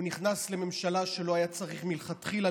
הוא נכנס לממשלה שלא היה צריך מלכתחילה